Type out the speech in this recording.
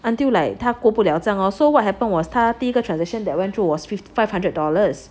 until 他过不了账咯 so what happened was 他第一个 transaction that went through was fif~ five hundred dollars